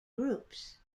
groups